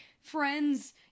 friends